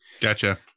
Gotcha